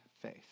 faith